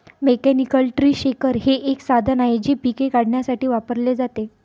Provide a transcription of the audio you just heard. mechanical tree shaker हे एक साधन आहे जे पिके काढण्यासाठी वापरले जाते